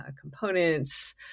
components